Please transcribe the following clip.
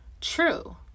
true